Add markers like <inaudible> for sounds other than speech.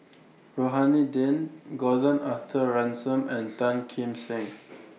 Rohani Din Gordon Arthur Ransome and Tan Kim Seng <noise>